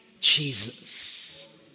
Jesus